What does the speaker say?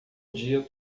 dia